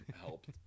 helped